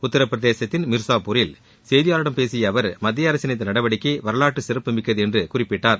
உத்தரப்பிரதேசத்தின் மிர்சாப்பூரில் செய்தியாளர்களிடம் பேசிய அவர் மத்தியஅரசின் இந்த நடவடிக்கை வரலாற்றுச்சிறப்புமிக்கது என்று குறிப்பிட்டார்